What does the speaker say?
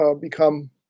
become